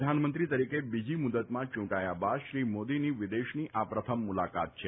પ્રધાનમંત્રી તરીકે બીજી મુદતમાં ચુંટાથા બાદ શ્રી મોદીની વિદેશની આ પ્રથમ મુલાકાત છે